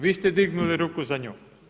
Vi ste dignuli ruku za nju.